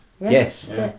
Yes